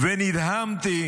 נדהמתי